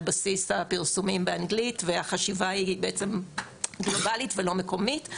בסיס הפרסומים באנגלית והחשיבה היא גלובלית ולא מקומית.